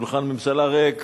שולחן ממשלה ריק,